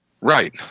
right